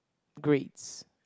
grades